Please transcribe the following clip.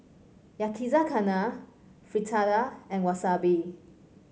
Yakizakana Fritada and Wasabi